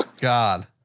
God